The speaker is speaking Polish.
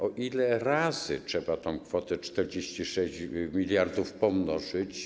O ile razy trzeba tę kwotę 46 mld pomnożyć?